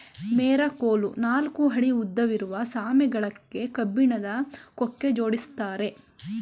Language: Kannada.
ಮೆರಕೋಲು ನಾಲ್ಕು ಅಡಿ ಉದ್ದವಿರುವ ಶಾಮೆ ಗಳಕ್ಕೆ ಕಬ್ಬಿಣದ ಕೊಕ್ಕೆ ಜೋಡಿಸಿರ್ತ್ತಾರೆ